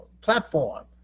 platform